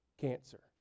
cancer